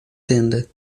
tenda